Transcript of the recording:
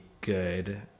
good